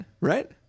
Right